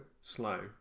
Slow